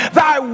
thy